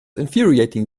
infuriating